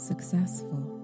Successful